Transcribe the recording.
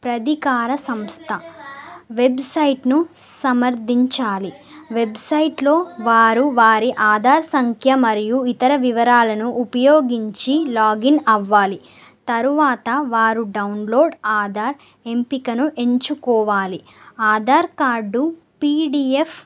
అధికార సంస్థ వెబ్సైట్ను సమర్థించాలి వెబ్సైట్లో వారు వారి ఆధార్ సంఖ్య మరియు ఇతర వివరాలను ఉపయోగించి లాగిన్ అవ్వాలి తరువాత వారు డౌన్లోడ్ ఆధార్ ఎంపికను ఎంచుకోవాలి ఆధార్ కార్డు పీడిఎఫ్